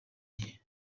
gihe